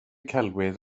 celwydd